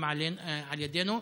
גם על ידינו.